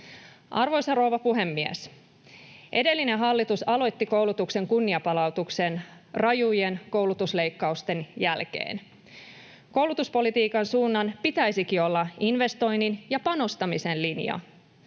Arvoisa rouva puhemies! Edellinen hallitus aloitti koulutuksen kunnianpalautuksen rajujen koulutusleikkausten jälkeen. Koulutuspolitiikan suunnan pitäisikin olla investoinnin ja panostamisen linja.